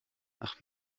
ach